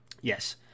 yes